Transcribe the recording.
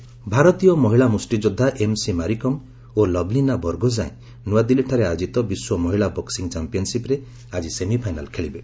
boxing ଭାରତୀୟ ମହିଳା ମୁଷ୍ଟିଯୋଦ୍ଧା MC Mary Kom ଓ ଲଭଲିନା ବରଗୋସାଏଁ ନୂଆଦିଲ୍ଲୀଠାରେ ଆୟୋଜିତ ବିଶ୍ୱ ମହିଳା ବକ୍ପିଂ ଚାମ୍ପିୟନସିପ୍ରେ ଆଜି ସେମିଫାଇନାଲ୍ ଖେଳିବେ